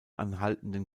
anhaltenden